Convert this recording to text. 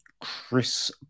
Chris